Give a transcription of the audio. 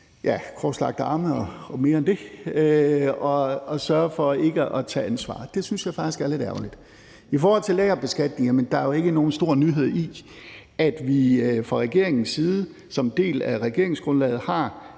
korslagte arme, og mere end det, og sørger for ikke at tage ansvar. Det synes jeg faktisk er lidt ærgerligt. I forhold til lagerbeskatning er der jo ikke nogen stor nyhed i, at vi fra regeringens side som en del af regeringsgrundlaget, har